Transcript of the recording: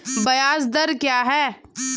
ब्याज दर क्या है?